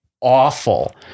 awful